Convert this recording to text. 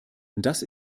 das